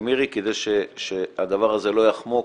למירי כדי שהדבר הזה לא יחמוק.